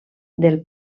del